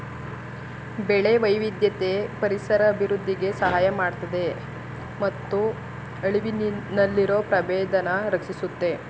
ಬೆಳೆ ವೈವಿಧ್ಯತೆ ಪರಿಸರ ಅಭಿವೃದ್ಧಿಗೆ ಸಹಾಯ ಮಾಡ್ತದೆ ಮತ್ತು ಅಳಿವಿನಲ್ಲಿರೊ ಪ್ರಭೇದನ ರಕ್ಷಿಸುತ್ತೆ